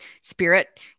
spirit